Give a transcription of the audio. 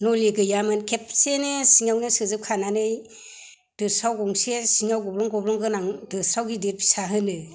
मुलि गैयामोन खेबसेयैनो सिंआवनो सोजोबखानानै दोसाव गंसे सिङाव गब्लं गब्लं गोनां दोसाव गिदिर फिसा होनो